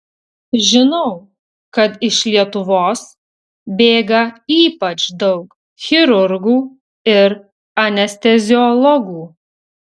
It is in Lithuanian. žinau kad iš lietuvos bėga ypač daug chirurgų ir anesteziologų